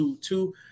two